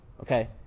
Okay